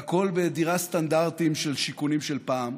והכול בדירה סטנדרטית של שיכונים של פעם.